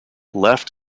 left